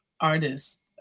artists